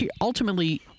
Ultimately